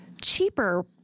cheaper